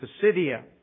Pisidia